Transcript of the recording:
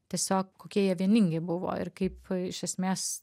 tiesiog kokie jie vieningi buvo ir kaip iš esmės